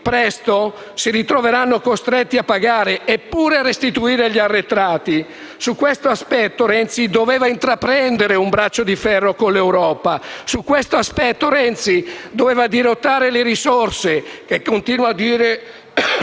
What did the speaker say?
presto si ritroveranno costretti a pagare e pure a restituire gli arretrati. Su questo aspetto Renzi doveva intraprendere un braccio di ferro con l'Europa, su questo aspetto Renzi doveva dirottare le risorse, che continua a ribadire